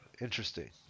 interesting